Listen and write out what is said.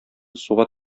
суга